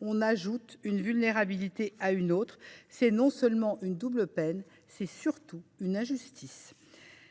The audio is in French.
c’est ajouter une vulnérabilité à une autre. C’est une double peine, et c’est surtout une injustice